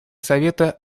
совета